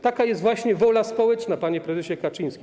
Taka jest właśnie wola społeczna, panie prezesie Kaczyński.